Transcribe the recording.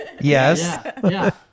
Yes